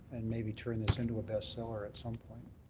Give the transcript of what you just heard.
and maybe turn this into a bestseller at some point.